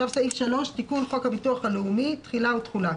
3.תיקון חוק הביטוח הלאומי תחילה ותחולה